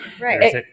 Right